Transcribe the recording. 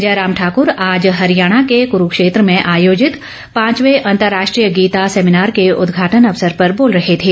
जयराम ठाकर आज हरियाणा के करूक्षेत्र में आयोजित पांचवें अंतर्राष्ट्रीय गीता सैमीनार के उदघाटन अवसर पर बोल रहे थे